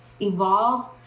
evolve